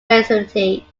facility